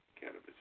cannabis